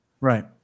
right